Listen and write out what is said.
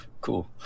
Cool